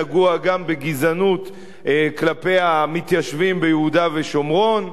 נגוע גם בגזענות כלפי המתיישבים ביהודה ושומרון,